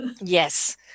Yes